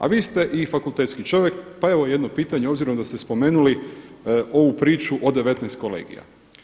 A vi ste i fakultetski čovjek, pa evo jedno pitanje s obzirom da ste spomenuli ovu priču od 19 kolegija.